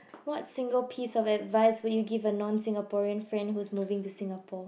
what single piece of advice would you give a non Singaporean friend whose moving to Singapore